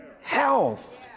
health